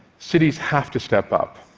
cities have to step up.